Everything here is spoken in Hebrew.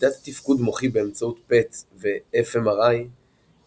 מדידת תפקוד מוחי באמצעות PET ו-fMRI יכולה